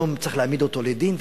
פתאום צריך להעמיד אותו לדין.